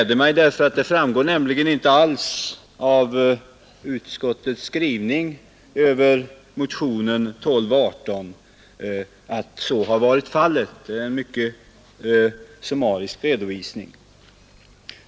Det framgår nämligen inte alls av utskottets skrivning över motionen 1218 att så har varit fallet — redovisningen är mycket summarisk.